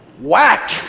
Whack